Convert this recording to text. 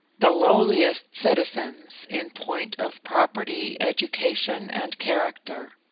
the lowliest citizens in point of property, education, and character.